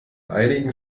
einigen